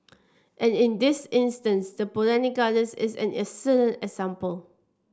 and in this instance the Botanic Gardens is an excellent example